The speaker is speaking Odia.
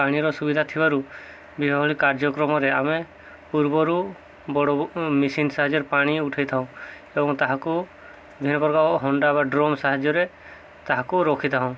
ପାଣିର ସୁବିଧା ଥିବାରୁ ବିବାହ ଭଳି କାର୍ଯ୍ୟକ୍ରମରେ ଆମେ ପୂର୍ବରୁ ବଡ଼ ମେସିନ୍ ସାହାଯ୍ୟରେ ପାଣି ଉଠାଇ ଥାଉଁ ଏବଂ ତାହାକୁ ବିଭିନ୍ନ ପ୍ରକାର ହଣ୍ଡା ବା ଡ୍ରମ୍ ସାହାଯ୍ୟରେ ତାହାକୁ ରଖିଥାଉଁ